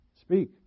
Speak